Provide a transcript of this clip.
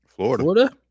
Florida